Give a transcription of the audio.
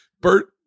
Bert